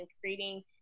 creating